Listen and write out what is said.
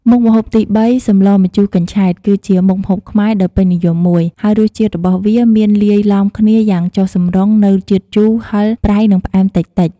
មុខម្ហូបទីបី សម្លម្ជូរកញ្ឆែត គឺជាមុខម្ហូបខ្មែរដ៏ពេញនិយមមួយ ហើយរសជាតិរបស់វាមានលាយឡំគ្នាយ៉ាងចុះសម្រុងនូវជាតិជូរ ហឹរ ប្រៃ និងផ្អែមតិចៗ។